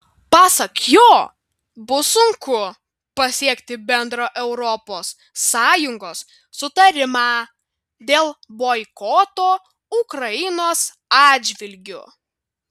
pasak jo bus sunku pasiekti bendrą europos sąjungos sutarimą dėl boikoto ukrainos atžvilgiu